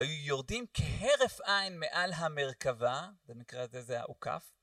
היו יורדים כהרף עין מעל המרכבה, במקרה הזה זה האוכף.